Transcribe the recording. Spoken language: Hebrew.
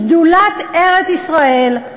שדולת ארץ-ישראל,